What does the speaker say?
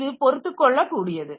இது பொறுத்துக் கொள்ளக் கூடியது